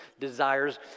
desires